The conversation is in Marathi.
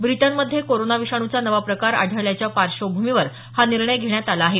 ब्रिटनमध्ये कोरोना विषाणूचा नवा प्रकार आढळल्याच्या पार्श्वभूमीवर हा निर्णय घेण्यात आला आहे